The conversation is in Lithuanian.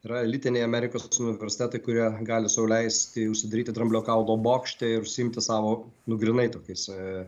yra elitiniai amerikos universitetai kurie gali sau leisti užsidaryti dramblio kaulo bokšte ir užsiimti savo nu grynai tokiais